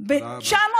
תודה רבה.